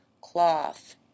cloth